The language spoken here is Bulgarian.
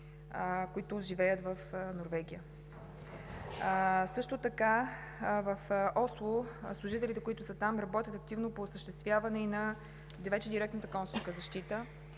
които живеят в Норвегия. Също така служителите в Осло вече работят активно по осъществяване и на директната консулска защита